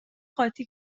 قاطی